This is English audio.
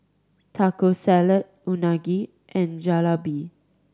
Taco Salad Unagi and Jalebi